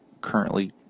currently